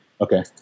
Okay